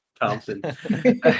Thompson